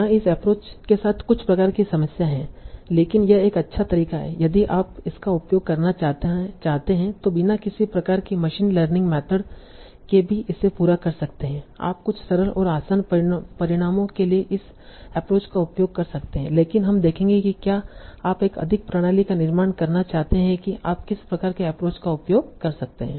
यहाँ इस एप्रोच के साथ कुछ प्रकार की समस्याएं हैं लेकिन यह एक अच्छा तरीका है यदि आप इसका उपयोग करना चाहते हैं तो बिना किसी प्रकार की मशीन लर्निंग मेथड के भी इसे पूरा कर सकते हैं आप कुछ सरल और आसान परिणामों के लिए इस एप्रोच का उपयोग कर सकते हैं लेकिन हम देखेंगे कि क्या आप एक अधिक प्रणाली का निर्माण करना चाहते हैं कि आप किस प्रकार के एप्रोच का उपयोग कर सकते हैं